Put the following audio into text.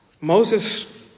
Moses